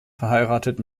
verheiratet